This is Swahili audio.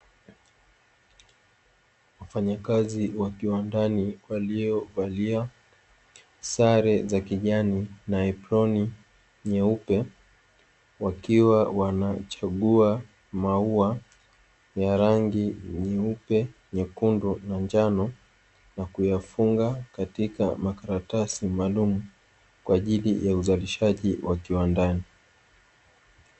Wafanyakazi wa kiwandani waliovalia sare za kijani na aproni nyeupe, wakiwa wanachagua maua ya rangi: nyeupe, nyekundu na njano; na kuyafunga katika makaratasi maalumu kwa ajili ya uzalishaji wa kiwandani.